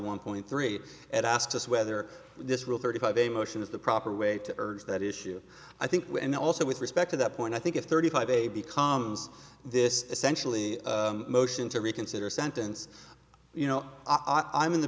one point three and asked us whether this rule thirty five a motion is the proper way to urge that issue i think and also with respect to that point i think it's thirty five a becomes this essentially motion to reconsider a sentence you know i am in the